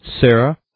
Sarah